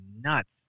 nuts